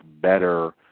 better